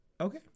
okay